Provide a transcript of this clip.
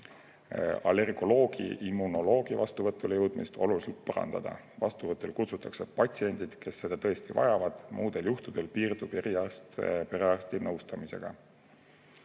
allergoloogi-immunoloogi vastuvõtule jõudmist oluliselt parandada. Vastuvõtule kutsutakse patsiendid, kes seda tõesti vajavad. Muudel juhtudel piirdub eriarst perearsti nõustamisega.